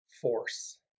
force